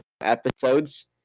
episodes